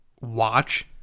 watch